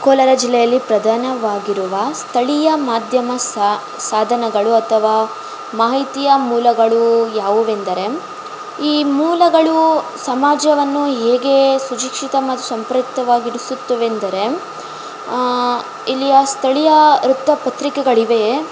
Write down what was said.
ಕೋಲಾರ ಜಿಲ್ಲೆಯಲ್ಲಿ ಪ್ರಧಾನವಾಗಿರುವ ಸ್ಥಳೀಯ ಮಾಧ್ಯಮ ಸಾ ಸಾಧನಗಳು ಅಥವಾ ಮಾಹಿತಿಯ ಮೂಲಗಳು ಯಾವುವೆಂದರೆ ಈ ಮೂಲಗಳು ಸಮಾಜವನ್ನು ಹೇಗೆ ಸುಶಿಕ್ಷಿತ ಮತ್ತು ಸಂಪೃತ್ತವಾಗಿಡಿಸುತ್ತುವೆಂದರೆ ಇಲ್ಲಿಯ ಸ್ಥಳೀಯ ವೃತ್ತಪತ್ರಿಕೆಗಳಿವೆ